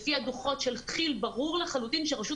לפי הדוחות של כי"ל ברור לחלוטין שרשות